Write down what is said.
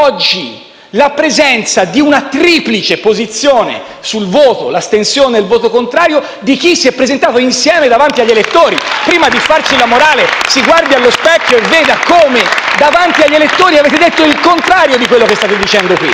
la presenza di una triplice posizione sul voto, l'astensione e il voto contrario di chi si è presentato insieme davanti agli elettori. *(Applausi dal Gruppo PD)*. Prima di farci la morale, si guardi allo specchio e veda come davanti agli elettori avete detto il contrario di quello che state dicendo qui.